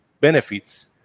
benefits